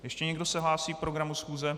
Ještě někdo se hlásí k programu schůze?